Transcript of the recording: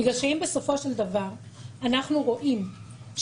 בגלל שאם אנחנו רואים שהחיוב,